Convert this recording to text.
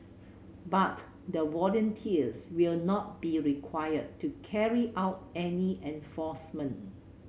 but the volunteers will not be required to carry out any enforcement